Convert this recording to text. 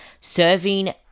serving